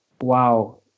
wow